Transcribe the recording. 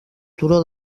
turó